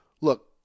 look